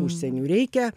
užsieniu reikia